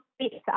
pizza